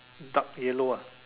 dark yellow ah